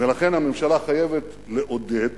ולכן הממשלה חייבת לעודד תחרות,